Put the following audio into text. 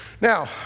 Now